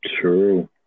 True